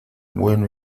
bueno